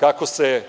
kako se